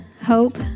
hope